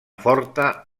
forta